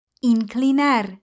Inclinar